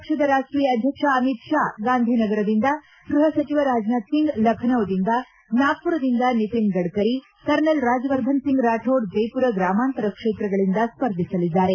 ಪಕ್ಷದ ರಾಷ್ಟೀಯ ಅಧ್ಯಕ್ಷ ಅಮಿತ್ ಶಾ ಗಾಂಧಿನಗರದಿಂದ ಗೃಹ ಸಚಿವ ರಾಜನಾಥ್ ಸಿಂಗ್ ಲಖನೌದಿಂದ ನಾಗಪುರದಿಂದ ನಿತಿನ್ ಗಡ್ನರಿ ಕರ್ನಲ್ ರಾಜ್ಯವರ್ಧನ್ ಸಿಂಗ್ ರಾಥೋಡ್ ಜೈಪುರ ಗ್ರಾಮಾಂತರ ಕ್ಷೇತ್ರಗಳಿಂದ ಸ್ವರ್ಧಿಸಲಿದ್ದಾರೆ